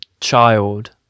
child